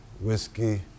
whiskey